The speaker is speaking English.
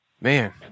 man